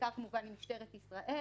בעיקר עם משטרת ישראל,